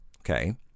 okay